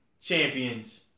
champions